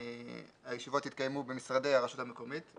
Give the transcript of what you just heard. הישיבות יתקיימו במשרדי הרשות המקומית,